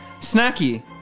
snacky